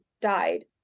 died